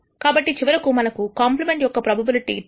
కాబట్టి చివరికి మనకు కాంప్లిమెంట్ యొక్క ప్రోబబిలిటీ TH మరియు TT 0